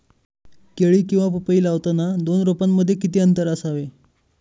केळी किंवा पपई लावताना दोन रोपांमध्ये किती अंतर असावे?